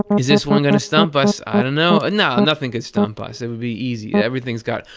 is this one going to stump us? i don't know. and no! nothing can stump us. it will be easy. everything's got.